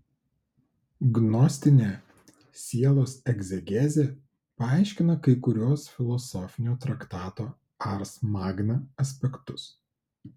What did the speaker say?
gnostinė sielos egzegezė paaiškina kai kuriuos filosofinio traktato ars magna aspektus